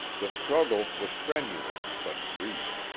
the struggle was strenuous but brief,